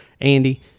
andy